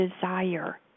desire